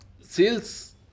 Sales